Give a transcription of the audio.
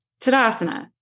Tadasana